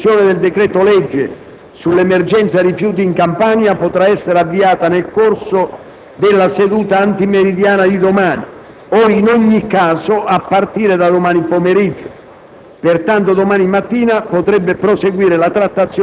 In relazione all'andamento dei lavori in Commissione, la discussione del decreto-legge sull'emergenza rifiuti in Campania potrà essere avviata nel corso della seduta antimeridiana di domani o, in ogni caso, a partire da domani pomeriggio.